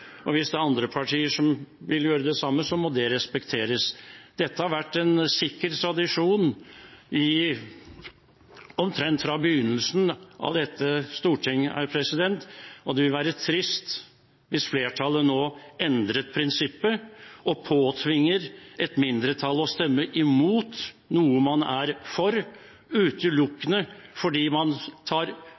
sikker tradisjon omtrent fra begynnelsen av Stortinget, og det vil være trist hvis flertallet nå endrer prinsippet og påtvinger et mindretall å stemme imot noe man er for, utelukkende fordi man tar